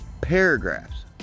Paragraphs